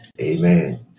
Amen